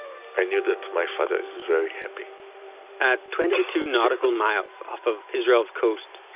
i knew that my father is very happy at twenty-two nautical miles off of israel's coast,